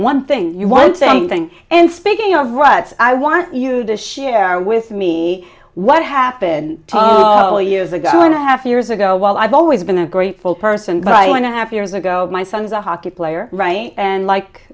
one thing you want something and speaking of russ i want you to share with me what happened oh you as a go and a half years ago well i've always been a grateful person but when a half years ago my son's a hockey player right and like